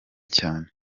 cyane